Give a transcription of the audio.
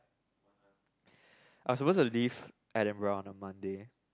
I suppose to leave Edinburgh on the Monday